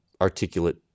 articulate